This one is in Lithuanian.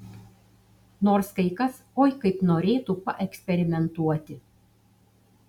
nors kai kas oi kaip norėtų paeksperimentuoti